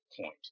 point